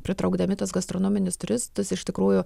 pritraukdami tuos gastronominius turistus iš tikrųjų